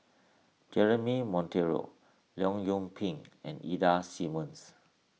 Jeremy Monteiro Leong Yoon Pin and Ida Simmons